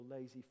lazy